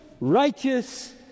righteous